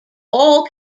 all